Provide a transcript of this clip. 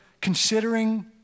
considering